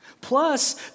Plus